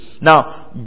Now